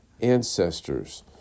ancestors